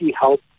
help